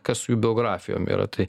kas su jų biografijom yra tai